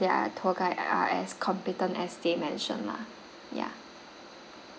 their tour guide are as competent as they mentioned lah ya